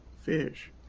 fish